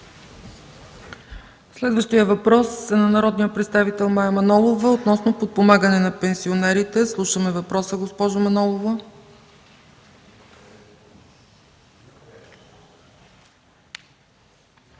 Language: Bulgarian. Следващият въпрос е от народния представител Мая Манолова относно подпомагане на пенсионерите. Госпожо Манолова,